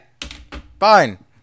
fine